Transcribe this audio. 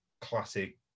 classic